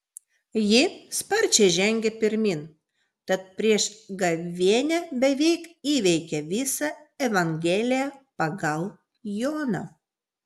ji sparčiai žengė pirmyn tad prieš gavėnią beveik įveikė visą evangeliją pagal joną